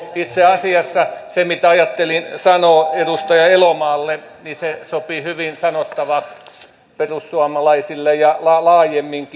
itse asiassa se mitä ajattelin sanoa edustaja elomaalle sopii hyvin sanottavaksi perussuomalaisille ja laajemminkin